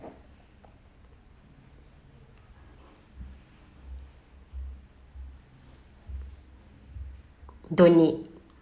donate